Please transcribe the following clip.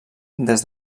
des